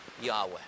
Yahweh